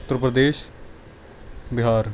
Uttar Pradesh Bihar